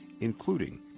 including